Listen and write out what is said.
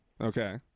Okay